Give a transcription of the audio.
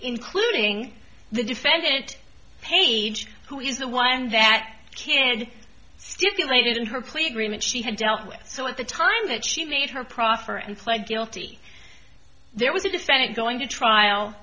including the defendant paige who is the one that kid stipulated in her plea agreement she had dealt with so at the time that she made her proffer and pled guilty there was a defendant going to trial